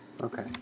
Okay